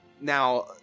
Now